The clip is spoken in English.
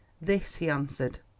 this, he answered,